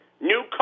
New